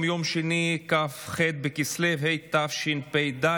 היום יום שני כ"ח בכסלו התשפ"ד,